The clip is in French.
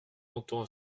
longtemps